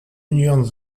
union